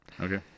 Okay